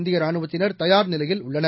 இந்திய ராணுவத்தினர் தயார் நிலையில் உள்ளனர்